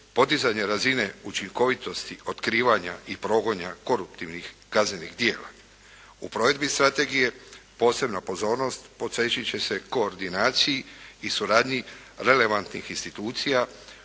podizanje razine učinkovitosti, otkrivanja i progona koruptivnih kaznenih djela. U provedbi strategije posebna pozornost posvetiti će se koordinaciji i suradnji relevantnih institucija